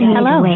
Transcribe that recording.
Hello